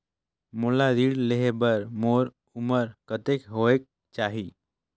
मोला ऋण लेहे बार मोर उमर कतेक होवेक चाही?